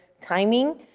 timing